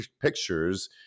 pictures